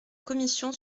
commission